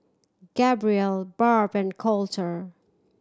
Gabrielle Barb and Colter